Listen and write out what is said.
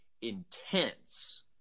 intense